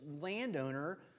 landowner